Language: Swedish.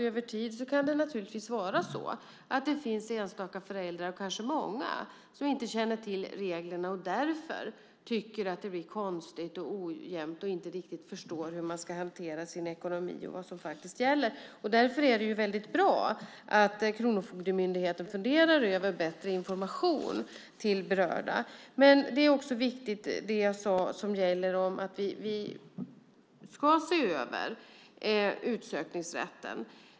Över tid kan det naturligtvis vara så att det finns enstaka föräldrar, kanske många, som inte känner till reglerna och därför tycker att det blir konstigt och ojämnt och inte riktigt förstår hur de ska hantera sin ekonomi och vad som faktiskt gäller. Därför är det mycket bra att Kronofogdemyndigheten funderar över bättre information till berörda. Det jag sade om att vi ska se över utsökningsrätten är också viktigt.